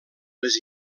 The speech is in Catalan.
les